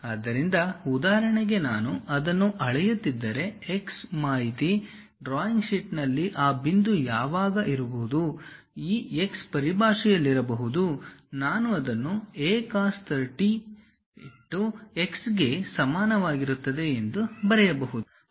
ಆದ್ದರಿಂದ ಉದಾಹರಣೆಗೆ ನಾನು ಅದನ್ನು ಅಳೆಯುತ್ತಿದ್ದರೆ ಆ x ಮಾಹಿತಿ ಡ್ರಾಯಿಂಗ್ ಶೀಟ್ನಲ್ಲಿ ಆ ಬಿಂದು ಯಾವುದು ಇರಬಹುದು ಈ x ಪರಿಭಾಷೆಯಲ್ಲಿರಬಹುದು ನಾನು ಅದನ್ನು A cos 30 x ಗೆ ಸಮಾನವಾಗಿರುತ್ತದೆ ಎಂದು ಬರೆಯಬಹುದು